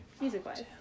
music-wise